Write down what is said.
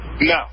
No